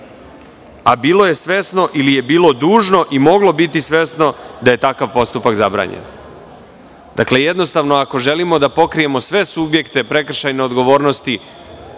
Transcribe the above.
a bilo je svesno ili je bilo dužno i moglo je biti svesno da je takav postupak zabranjen. Ako želimo da pokrijemo sve subjekte prekršajne odgovornosti